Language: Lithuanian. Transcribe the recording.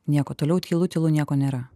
nieko toliau tylu tylu nieko nėra